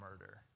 murder